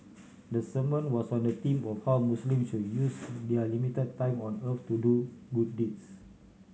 the sermon was on the theme of how Muslim should use their limited time on earth to do good deeds